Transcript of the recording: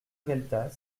gueltas